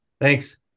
thanks